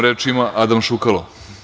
Reč ima Adam Šukalo.